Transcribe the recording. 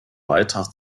beitrag